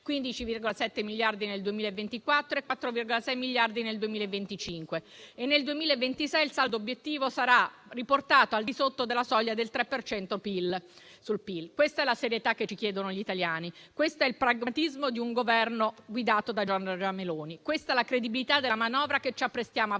15,7 miliardi nel 2024 e 4,6 miliardi nel 2025. E nel 2026 il saldo obiettivo sarà riportato al di sotto della soglia del 3 per cento sul PIL. Questa è la serietà che ci chiedono gli italiani. Questo è il pragmatismo di un Governo guidato da Giorgia Meloni. Questa è la credibilità della manovra che ci apprestiamo a